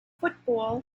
football